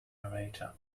narrator